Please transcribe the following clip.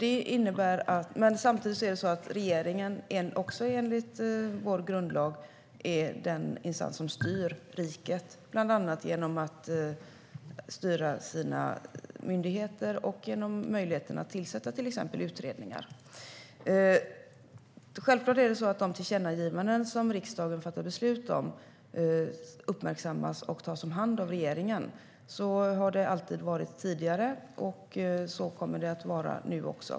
Enligt vår grundlag är regeringen den instans som styr riket, bland annat genom att styra myndigheter och genom möjligheten att tillsätta utredningar. Självklart uppmärksammas de tillkännagivanden som riksdagen fattar beslut om och tas om hand av regeringen. Så har det varit tidigare, och så kommer det att vara nu också.